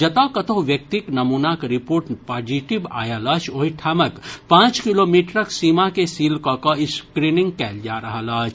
जतऽ कतहु व्यक्तिक नमूनाक रिपोर्ट पॉजिटिव आयल अछि ओहि ठामक पांच किलोमीटरक सीमा के सील कऽ कऽ स्क्रीनिंग कयल जा रहल अछि